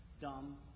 dumb